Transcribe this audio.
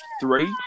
three